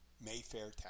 Mayfair